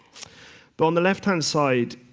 but on the left-hand side,